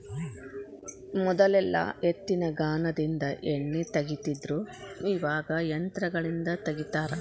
ಮೊದಲೆಲ್ಲಾ ಎತ್ತಿನಗಾನದಿಂದ ಎಣ್ಣಿ ತಗಿತಿದ್ರು ಇವಾಗ ಯಂತ್ರಗಳಿಂದ ತಗಿತಾರ